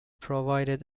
provided